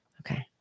Okay